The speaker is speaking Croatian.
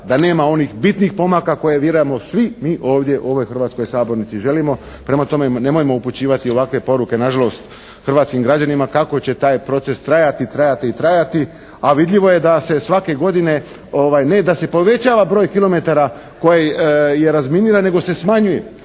da nema onih bitnih pomaka koje vjerujemo svi mi ovdje u ovoj hrvatskoj sabornici želimo. Prema tome, nemojmo upućivati ovakve poruke nažalost hrvatskim građanima kako će taj proces trajati, trajati i trajati a vidljivo je da se svake godine ne da se povećava broj kilometara koji je razminiran nego se smanjuje.